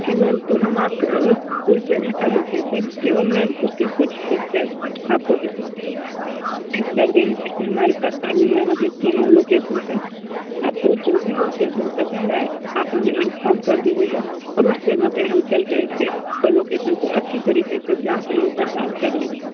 जी ma'am तो हम आप को उस जगह का लोकेशन एवं मैम उसके कुछ पिक्चर्स मैं आप को इसी नंबर पर सेंड कर देंगे ऐसे हमारे पास पहले मैम अभी तीन लोकेशन्स है आप को जो भी लोकेशन पसंद आए आप हमें इन्फॉर्म कर दीजिएगा और उस जगह पर हम चल कर के और लोकेशन को अच्छी तरीक़े से जाँच एवं पड़ताल कर लेंगे